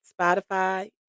Spotify